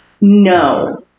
No